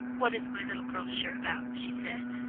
what is my little girl sure about? she said.